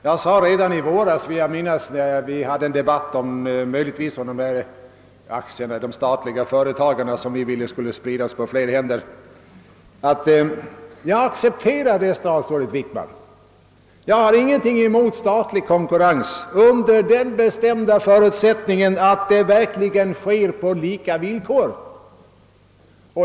Jag sade redan i våras — jag tror det var när vi hade debatten om aktierna i de statliga företagen, som vi ville få spridda på flera händer — att jag kan acceptera statlig konkurrens och inte har någonting emot sådan under den bestämda förutsättningen att konkurrensen verkligen sker på lika villkor.